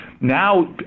Now